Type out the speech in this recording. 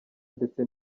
ndetse